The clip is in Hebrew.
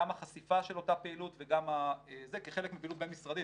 גם החשיפה של אותה פעילות וגם זה כחלק מפעילות בין משרדית,